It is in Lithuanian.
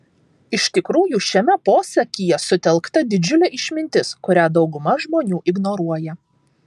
iš tikrųjų šiame posakyje sutelkta didžiulė išmintis kurią dauguma žmonių ignoruoja